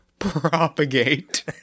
propagate